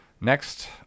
Next